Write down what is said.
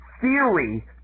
theory